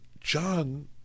John